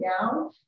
down